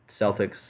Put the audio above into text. Celtics